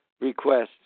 requests